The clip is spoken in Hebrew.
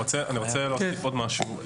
אני רוצה להוסיף עוד משהו.